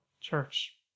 church